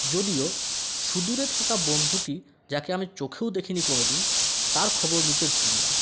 যদিও সুদূরে থাকা বন্ধুটি যাকে আমি চোখেও দেখিনি কোনদিন তার খবর নিতে ভুলি না